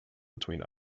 between